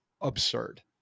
absurd